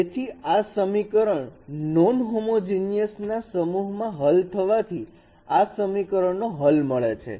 તેથી આ સમીકરણ નોન હોમોજીનિયસ ના સમૂહના હલ થવાથી આ સમીકરણો નો હલ મળે છે